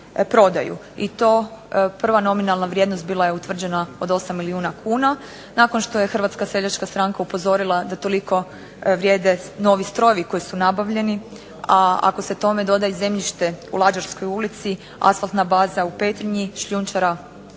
i to prva nominalna vrijednost bila je utvrđena od 8 milijuna kuna, nakon što je Hrvatska seljačka stranka upozorila da toliko vrijede novi strojevi koji su nabavljeni, a ako se tome doda i zemljište u Lađarskoj ulici, asfaltna baza u Petrinji, šljunčara